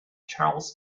charles